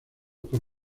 por